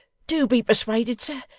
do be persuaded, sir.